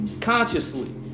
consciously